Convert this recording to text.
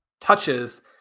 touches